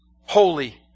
holy